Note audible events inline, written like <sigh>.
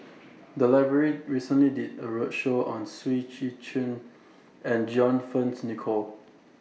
The Library recently did A roadshow on Seah <unintelligible> Chin and John Fearns Nicoll